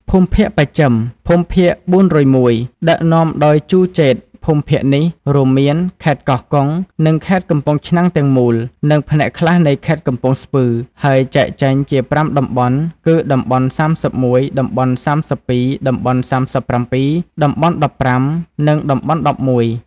ភូមិភាគបស្ចិម (ភូមិភាគ៤០១) ដឹកនាំដោយ ជូ ជេត ភូមិភាគនេះរួមមាន ខេត្តកោះកុង និងខេត្តកំពង់ឆ្នាំងទាំងមូល និងផ្នែកខ្លះនៃខេត្តកំពង់ស្ពឺ ហើយចែកចេញជាប្រាំតំបន់គឺ តំបន់៣១ តំបន់៣២ តំបន់៣៧ តំបន់១៥ និងតំបន់១១។